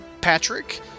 patrick